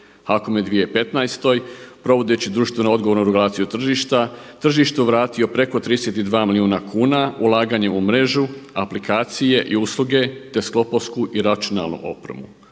HAKOM u 2015. provodeći društveno odgovornu regulaciju tržišta tržištu vratio preko 32 milijuna kuna ulaganjem u mrežu aplikacije i usluge te sklopovsku i računalnu opremu.